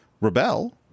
rebel